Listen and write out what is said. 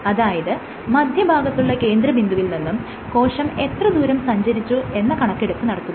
അതായത് മധ്യഭാഗത്തുള്ള കേന്ദ്രബിന്ദുവിൽ നിന്നും കോശം എത്ര ദൂരം സഞ്ചരിച്ചു എന്ന കണക്കെടുപ്പ് നടത്തുക